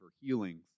healings